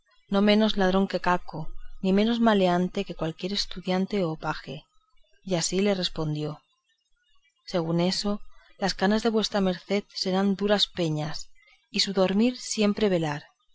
no menos ladrón que caco ni menos maleante que estudiantado paje y así le respondió según eso las camas de vuestra merced serán duras peñas y su dormir siempre velar